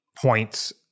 points